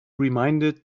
reminded